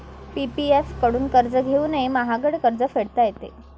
PPF कडून कर्ज घेऊनही महागडे कर्ज फेडता येते